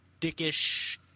Dickish